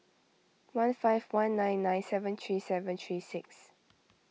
one five one nine nine seven three seven three six